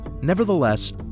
nevertheless